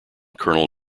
colonel